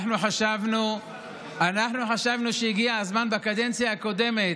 אנחנו חשבנו שהגיע הזמן בקדנציה הקודמת,